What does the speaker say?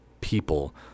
people